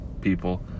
people